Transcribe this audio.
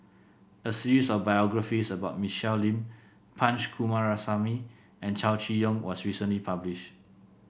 a series of biographies about Michelle Lim Punch Coomaraswamy and Chow Chee Yong was recently published